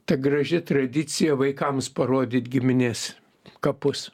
ta graži tradicija vaikams parodyt giminės kapus